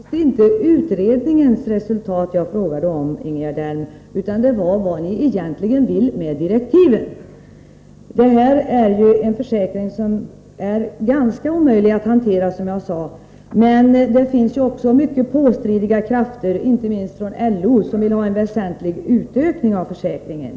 Herr talman! Det var faktiskt inte utredningens resultat jag frågade om, Torsdagen den Ingegerd Elm, utan vad ni egentligen vill med direktiven. Den här 26 april 1984 försäkringen är, som jag sade, ganska omöjlig att hantera, men det finns också mycket påstridiga krafter, inte minst inom LO, som vill ha en väsentlig Arbetsskadeför utökning av försäkringen.